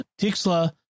Tixla